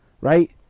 right